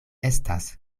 estas